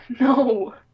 no